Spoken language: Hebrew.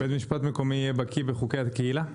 בית משפט מקומי יהיה בקי בחוקי הקהילה?